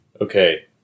Okay